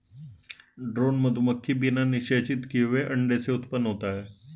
drone मधुमक्खी बिना निषेचित किए हुए अंडे से उत्पन्न होता है